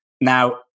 Now